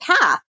path